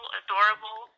adorable